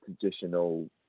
traditional